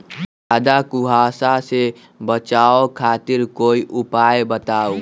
ज्यादा कुहासा से बचाव खातिर कोई उपाय बताऊ?